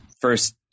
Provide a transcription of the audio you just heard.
first